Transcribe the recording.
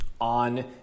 on